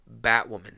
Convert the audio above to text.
Batwoman